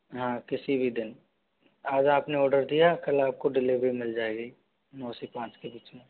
हाँ किसी भी दिन आज आपने ऑर्डर दिया कल आपको डेलिवरी मिल जाएगी नौ से पाँच के बीच में